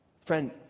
Friend